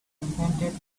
invented